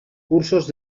cursos